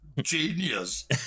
Genius